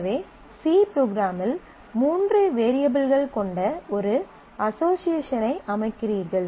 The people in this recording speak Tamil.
எனவே சி ப்ரோக்ராமில் மூன்று வேரியபிள்கள் கொண்ட ஒரு அஸோஸியேஷனை அமைக்கிறீர்கள்